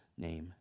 name